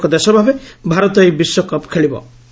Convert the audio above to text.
ଆୟୋଜକ ଦେଶ ଭାବେ ଭାରତ ଏହି ବିଶ୍ୱକପ୍ ଖେଳିବ